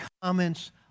comments